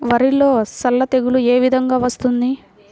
వరిలో సల్ల తెగులు ఏ విధంగా వస్తుంది?